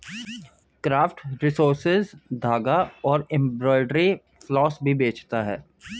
craft resources धागा और embroidery floss भी बेचता है